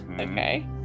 Okay